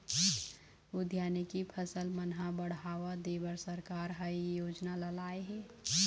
उद्यानिकी फसल मन ह बड़हावा देबर सरकार ह ए योजना ल लाए हे